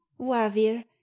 Wavir